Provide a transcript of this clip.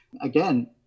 again